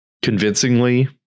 convincingly